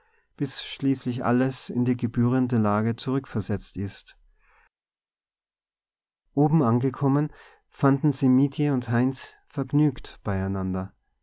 bis schließlich alles in die gebührende lage zurückversetzt ist oben angekommen fanden sie mietje und heinz vergnügt beieinander